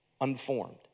unformed